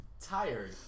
tired